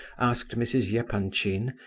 asked mrs. yeah epanchin,